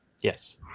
Yes